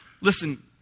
Listen